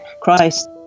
Christ